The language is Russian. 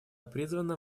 призвана